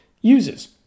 uses